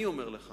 אני אומר לך